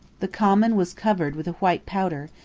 the common was covered with a white powder,